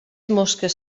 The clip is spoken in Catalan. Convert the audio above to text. mosques